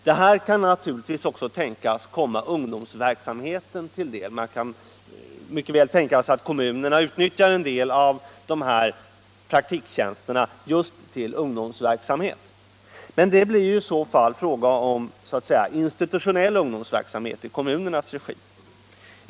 Detta kan naturligtvis också tänkas komma ungdomsverksamheten till del genom att kommunerna utnyttjar en del av dessa praktiktjänster till ungdomsverksamhet. Men det blir i så fall fråga om institutionell ungdomsverksamhet i kommunernas regi.